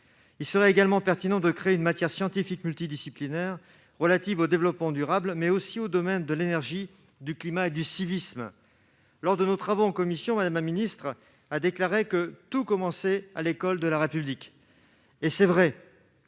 Il serait également pertinent de créer une matière scientifique multidisciplinaire relative non seulement au développement durable, mais aussi au domaine de l'énergie, du climat et du civisme. Lors de nos travaux en commission, Mme la ministre a déclaré :« Tout commence à l'école de la République. » C'est vrai !